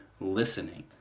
listening